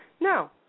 no